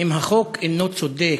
אם החוק אינו צודק,